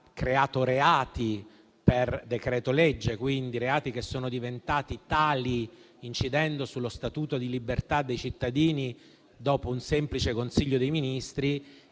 creato reati per decreto-legge, quindi reati che sono diventati tali, incidendo sullo statuto di libertà dei cittadini dopo un semplice Consiglio dei ministri,